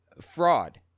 fraud